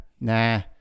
nah